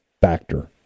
factor